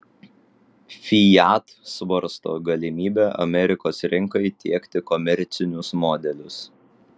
fiat svarsto galimybę amerikos rinkai tiekti komercinius modelius